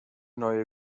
neue